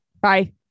Bye